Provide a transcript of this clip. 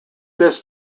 this